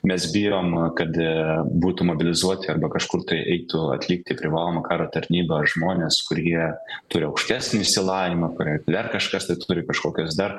mes bijom kad būtų mobilizuoti arba kažkur tai eitų atlikti privalomą karo tarnybą žmonės kurie turi aukštesnį išsilavinimą kuriai dar kažkas turi kažkokias dar